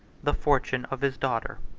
the fortune of his daughter.